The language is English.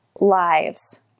lives